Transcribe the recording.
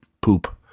poop